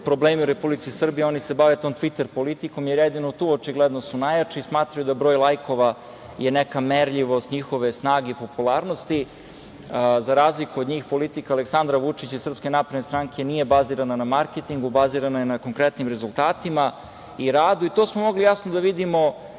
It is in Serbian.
problemi u Republici Srbiji oni se bave tom tviter-politikom, jer jedino tu očigledno su najjači. Smatraju da broj lajkova je neka merljivost njihove snage i popularnosti.Za razliku od njih, politika Aleksandra Vučića i SNS nije bazirana na marketingu, bazirana je na konkretnim rezultatima i radu. To smo mogli jasno da vidimo